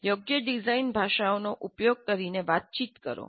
યોગ્ય ડિઝાઇન ભાષાઓનો ઉપયોગ કરીને વાતચીત કરો